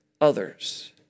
others